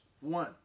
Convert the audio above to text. one